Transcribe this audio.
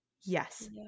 Yes